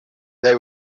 they